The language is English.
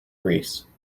grease